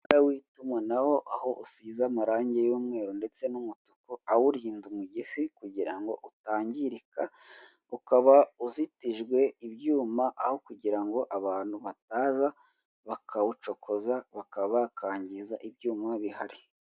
Umunara w'itumanaho aho usize amarangi y'umweru ndetse n'umutuku awuhinda umugesi kugira ngo utangirika, ukaba uzitijwe ibyuma aho kugira ngo abantu bataza bakawucokoza. bakaba bakangiza ibyuma bihari.